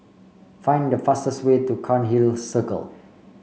find the fastest way to Cairnhill Circle